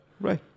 right